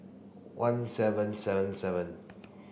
one seven seven seven